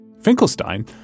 Finkelstein